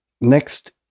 next